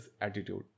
attitude